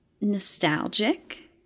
nostalgic